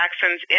Jacksons